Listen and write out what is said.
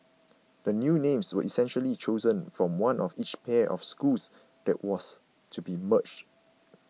the new names were essentially chosen from one of each pair of schools that was to be merged